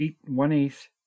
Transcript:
one-eighth